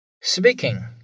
Speaking